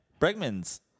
Bregman's